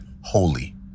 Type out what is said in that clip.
holy